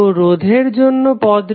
তো রোধের জন্য ও পদটি হল viR